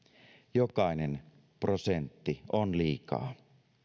jokainen prosentti on liikaa